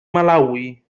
malawi